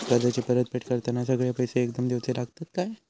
कर्जाची परत फेड करताना सगळे पैसे एकदम देवचे लागतत काय?